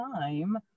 time